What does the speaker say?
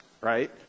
Right